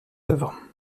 œuvres